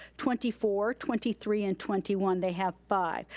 twenty four, twenty three and twenty one. they have five.